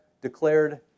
declared